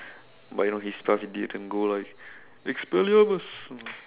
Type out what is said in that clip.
but you know his spell didn't go like expelliarmus